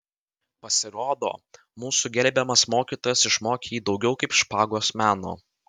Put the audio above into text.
pasirodo mūsų gerbiamas mokytojas išmokė jį daugiau kaip špagos meno